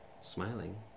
smiling